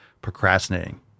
procrastinating